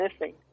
missing